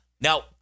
Now—